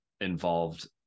involved